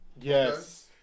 Yes